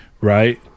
right